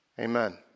Amen